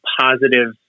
positive